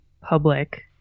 public